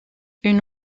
une